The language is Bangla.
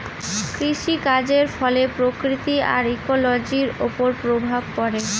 কৃষিকাজের ফলে প্রকৃতি আর ইকোলোজির ওপর প্রভাব পড়ে